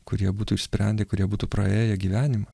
kurie būtų išsprendę kurie būtų praėję gyvenimą